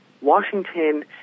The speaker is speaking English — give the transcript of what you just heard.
Washington